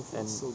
and